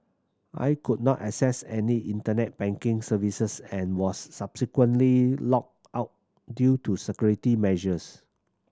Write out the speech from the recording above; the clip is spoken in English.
I could not access any Internet banking services and was subsequently locked out due to security measures